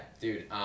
dude